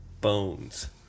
bones